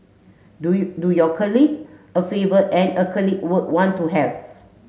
do you do your colleague a favour and a colleague would want to have